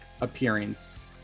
appearance